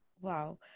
Wow